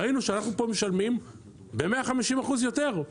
ראינו שאנחנו משלמים פה ב-150% יותר.